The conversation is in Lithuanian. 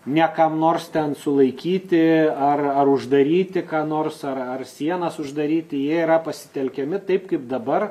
ne kam nors ten sulaikyti ar ar uždaryti ką nors ar ar sienas uždaryti jie yra pasitelkiami taip kaip dabar